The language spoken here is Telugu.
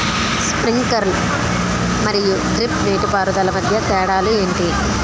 స్ప్రింక్లర్ మరియు డ్రిప్ నీటిపారుదల మధ్య తేడాలు ఏంటి?